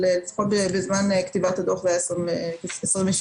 לפחות בזמן כתיבת הדו"ח זה היה 27%,